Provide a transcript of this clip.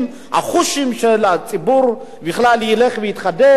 החוש של הציבור ילך ויתחדד,